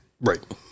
Right